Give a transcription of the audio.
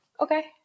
okay